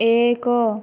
ଏକ